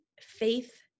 faith